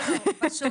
אני פשוט